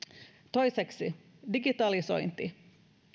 toiseksi digitalisointi